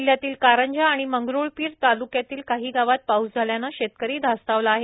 जिल्ह्यातील कारंजा आणि मंगरुळपीर ताल्क्यातील काही गावात पाऊस झाल्यान शेतकरी धास्तावला आहे